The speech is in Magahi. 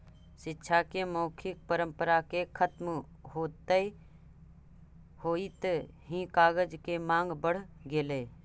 शिक्षा के मौखिक परम्परा के खत्म होइत ही कागज के माँग बढ़ गेलइ